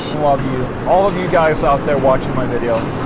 love you all of you guys out there watching my video.